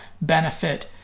benefit